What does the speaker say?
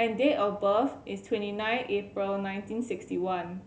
and date of birth is twenty nine April nineteen sixty one